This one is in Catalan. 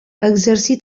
exercí